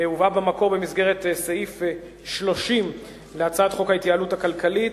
הובאה במקור במסגרת סעיף 30 להצעת חוק ההתייעלות הכלכלית,